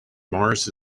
mars